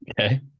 Okay